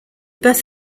birth